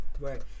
Right